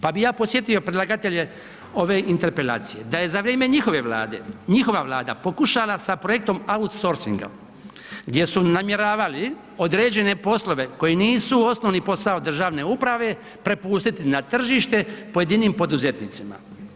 Pa bih ja podsjetio predlagatelje ove interpelacije da je za vrijeme njihove Vlade, njihova Vlada pokušala sa projektom outsourcinga gdje su namjeravali određene poslove koji nisu osnovni posao državne uprave, prepustiti na tržište pojedinim poduzetnicima.